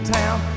town